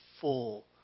full